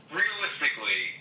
realistically